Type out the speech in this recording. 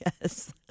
Yes